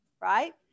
right